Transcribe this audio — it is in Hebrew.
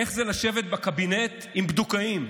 איך זה לשבת בקבינט עם בדוקאים?